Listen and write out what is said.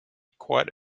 quite